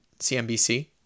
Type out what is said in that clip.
CNBC